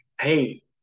hey